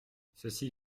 ceci